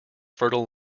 fertile